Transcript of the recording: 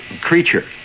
creature